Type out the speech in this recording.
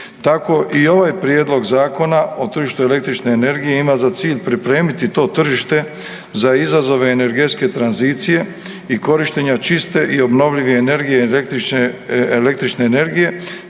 Tako i ovaj prijedlog Zakona o tržištu električne energije ima za cilj pripremiti to tržište za izazove energetske tranzicije i korištenje čiste i obnovljive energije električne, električne